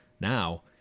Now